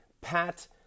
Pat